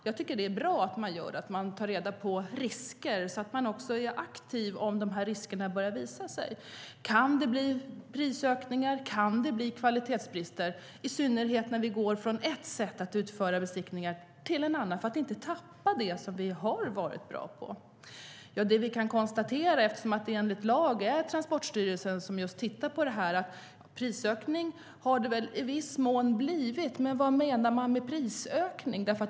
Jag tycker att det är bra att man gör det, att man tar reda på risker så att man är aktiv om riskerna börjar visa sig. Kan det bli prisökningar, kan det bli kvalitetsbrister, i synnerhet när vi går från ett sätt att utföra besiktning till ett annat sätt, för att inte tappa det som vi har varit bra på? Det vi kan konstatera, eftersom det enligt lag är Transportstyrelsen som tittar på det här, är att det i viss mån har blivit en prisökning. Men vad menar man med prisökning?